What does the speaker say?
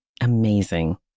amazing